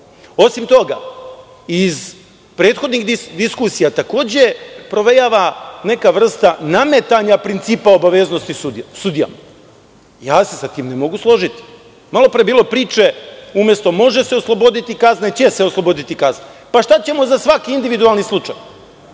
toga, i iz prethodnih diskusija takođe provejava neka vrsta nametanja principa obaveznosti sudijama. Ja se sa time ne mogu složiti. Malo pre je bilo priče da umesto: "može se osloboditi kazne", stoji: "će se osloboditi kazne". Pa, šta ćemo za svaki individualni slučaj?